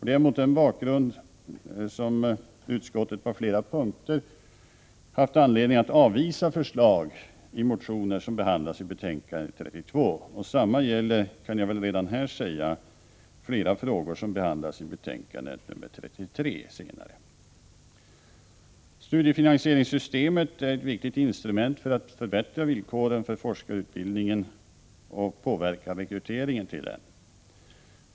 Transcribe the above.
Det är mot denna bakgrund som utskottet på flera punkter haft anledning att avvisa förslag i motioner som behandlas i betänkande nr 32. Samma gäller, kan jag redan här säga, flera frågor som behandlas i betänkande nr 33. Studiefinansieringssystemet är ett viktigt instrument för att förbättra villkoren för forskarutbildningen och påverka rekryteringen till den.